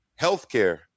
healthcare